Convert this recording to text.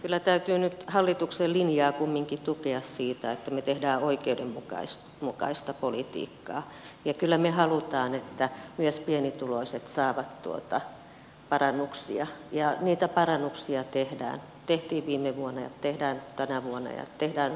kyllä täytyy nyt hallituksen linjaa kumminkin tukea siinä että me teemme oikeudenmukaista politiikkaa ja kyllä me haluamme että myös pienituloiset saavat parannuksia ja niitä parannuksia tehdään tehtiin viime vuonna ja tehdään tänä vuonna ja tehdään seuraavalla vuodella